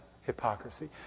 hypocrisy